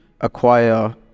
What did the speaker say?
acquire